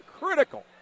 critical